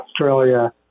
Australia